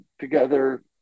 together